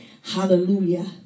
Hallelujah